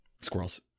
Squirrels